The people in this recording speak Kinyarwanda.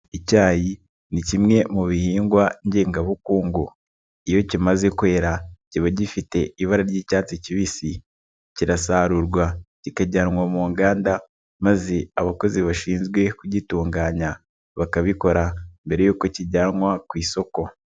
Icyayi ni kimwe mu bihingwa ngengabukungu iyo kimaze kwera kiba gifite ibara ry'icyatsi kibisi kirasarurwa kikajyanwa mu nganda maze abakozi bashinzwe kugitunganya bakabikora mbere y'uko kijyanwa ku isoko.